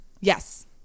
Yes